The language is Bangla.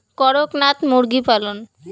করকনাথ মুরগি পালন?